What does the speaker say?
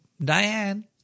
Diane